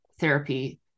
therapy